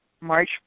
March